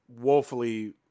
woefully